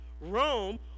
Rome